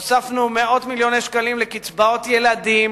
הוספנו מאות מיליוני שקלים לקצבאות הילדים,